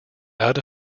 out